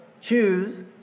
choose